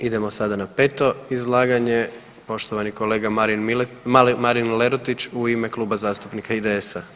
Idemo sada na peto izlaganje, poštovani kolega Marin Lerotić u ime Kluba zastupnika IDS-a.